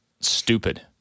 stupid